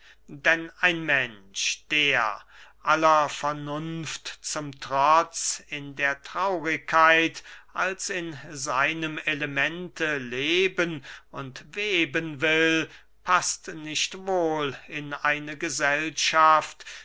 denn ein mensch der aller vernunft zum trotz in der traurigkeit als in seinem elemente leben und weben will paßt nicht wohl in eine gesellschaft